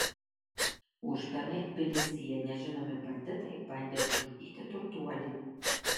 užpernai tbilisyje nežinomi banditai bandė nužudyti turtuolį